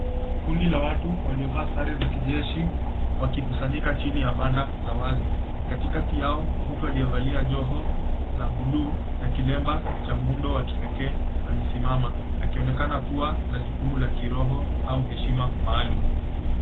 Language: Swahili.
Kundi la watu waliovaa sare za kijeshi wakikusanyika chini ya banda la wazi. Katikati yao mtu aliyevalia joho la buluu na kilemba cha muundo wa kipekee, amesimama akionekana kuwa na jukumu la kiroho au heshima maalum.